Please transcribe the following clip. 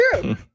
true